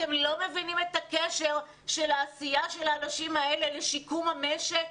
אתם לא מבינים את הקשר של העשייה של האנשים האלה לשיקום המשק?